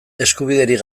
eskubiderik